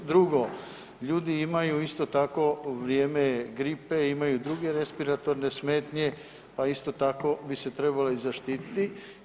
Drugi imaju isto tako vrijeme je gripe i imaju druge respiratorne smetnje pa isto tako bi se trebalo i zaštiti.